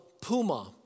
Puma